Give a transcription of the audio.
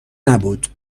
نبود